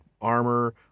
armor